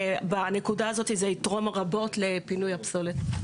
בנקודה הזאת זה יתרום רבות לפינוי הפסולת.